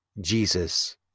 Jesus